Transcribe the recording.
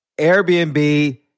Airbnb